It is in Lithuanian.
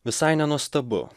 visai nenuostabu